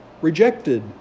rejected